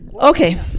Okay